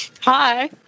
Hi